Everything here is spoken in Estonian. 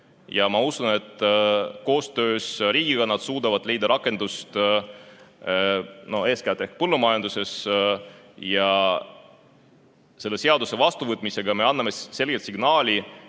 ja ma usun, et koostöös riigiga suudavad nad leida rakendust eeskätt ehk põllumajanduses. Selle seaduse vastuvõtmisega me anname selge signaali,